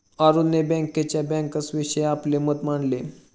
अरुणने बँकेच्या बँकर्सविषयीचे आपले मत मांडले